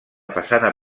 façana